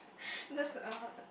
that's a